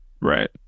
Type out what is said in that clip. Right